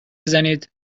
بزنید